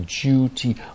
duty